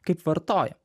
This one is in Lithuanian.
kaip vartojam